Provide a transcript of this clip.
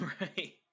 right